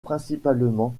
principalement